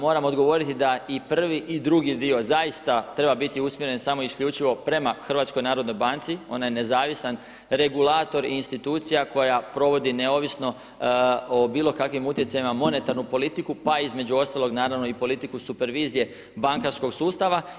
Moram odgovoriti da i prvi i drugi dio zaista treba biti usmjeren samo i isključivo prema HNB-u, onda je nezavisan regulator i institucija koja provodi neovisno o bilo kakvim utjecajima monetarnu politiku, pa između ostalog naravno i politiku supervizije bankarskog sustava.